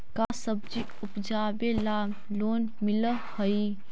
का सब्जी उपजाबेला लोन मिलै हई?